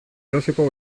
erosiko